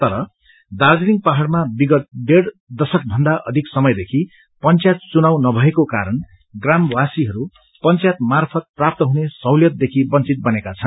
तर दार्जीलिङ पहाड़मा विगत डेढ़ दशकभन्दा अधिक समयदेखि पंचायत चुनाव नभएको कारण ग्रामीणहरू पंचायत मार्फत प्राप्त हुने सहुलियतदेखि वंचित बनेका छन्